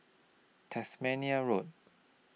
Tasmania Road